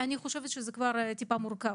אני חושבת שזה כבר טיפה מורכב.